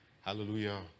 Hallelujah